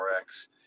Rx